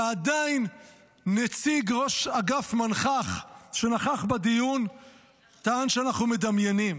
ועדיין נציג ראש אגף מנח"ח שנכח בדיון טען שאנחנו מדמיינים.